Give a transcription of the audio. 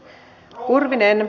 rouva puhemies